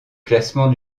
classement